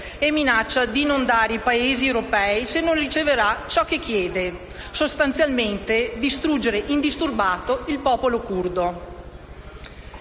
e minaccia di inondare i Paesi europei se non riceverà ciò che chiede: sostanzialmente distruggere indisturbato il popolo curdo.